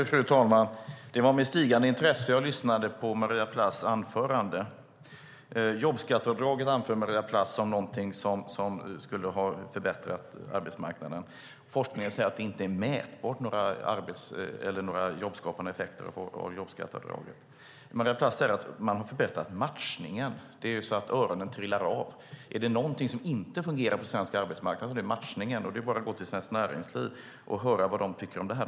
Fru talman! Det var med stigande intresse jag lyssnade på Maria Plass anförande. Jobbskatteavdragen anförde Maria Plass som någonting som skulle ha förbättrat arbetsmarknaden. Forskningen säger att några jobbskapande effekter av jobbskatteavdragen inte är mätbara. Maria Plass säger att man har förbättrat matchningen. Det är så att öronen trillar av. Är det någonting som inte fungerar på svensk arbetsmarknad är det matchningen. Det är bara att gå till Svenskt Näringsliv och höra vad de tycker om det här.